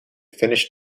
finished